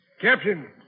Captain